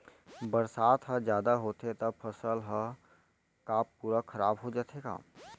बरसात ह जादा होथे त फसल ह का पूरा खराब हो जाथे का?